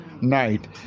Night